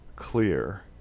clear